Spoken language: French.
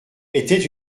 était